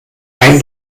ein